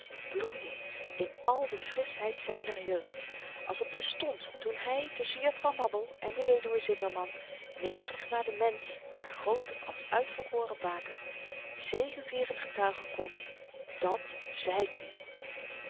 bloeien in al de frisheid zyner jeugd als op den stond toen hy tusschen juffrouw mabbel en de weduwe zipperman nederig naar den mensch maar groot als uitverkoren baker zegevierend getuigen kon dat zeiti